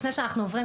לפני שאנחנו עוברים,